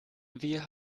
wir